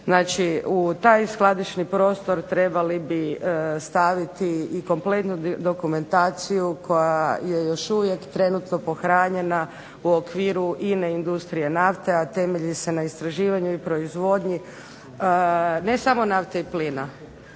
u taj skladišni prostor trebali bi staviti i kompletnu dokumentaciju koja je još uvijek trenutno pohranjena u okviru INA-e Industrije nafte, a temelji se na istraživanju i proizvodnji ne samo nafte i plina,